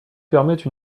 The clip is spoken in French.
permettent